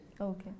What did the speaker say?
Okay